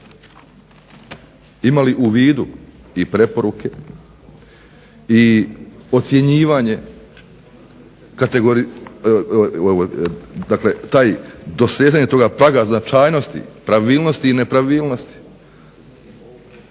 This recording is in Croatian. imali u vidu i preporuke i ocjenjivanje, dakle dosezanje toga praga značajnosti, pravilnosti i nepravilnosti